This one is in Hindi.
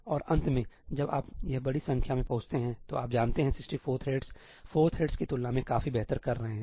और अंत में जब आप यहां बड़ी संख्या में पहुंचते हैं तो आप जानते हैं 64 थ्रेड्स 4 थ्रेड्स की तुलना में काफी बेहतर कर रहे हैं